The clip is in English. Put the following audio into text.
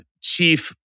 chief